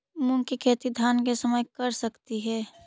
मुंग के खेती धान के समय कर सकती हे?